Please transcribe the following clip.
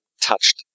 touched